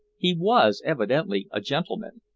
he was evidently a gentleman,